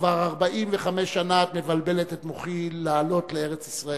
כבר 45 שנה את מבלבלת את מוחי לעלות לארץ-ישראל.